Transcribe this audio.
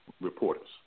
reporters